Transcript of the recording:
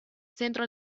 centro